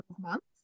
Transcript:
months